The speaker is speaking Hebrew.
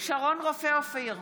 שרון רופא אופיר,